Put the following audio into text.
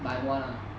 but I don't want lah